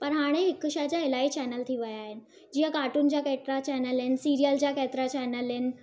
पर हाणे हिकु शइ जा इलाही चैनल थी विया आहिनि जीअं काटून जा केतिरा चैनल आहिनि सीरियल जा केतिरा चैनल आहिनि